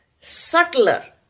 subtler